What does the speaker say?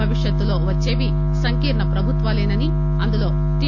భవిష్యత్తులో వచ్చేవి సంకీర్ణ ప్రభుత్వాలేనని అందులో టి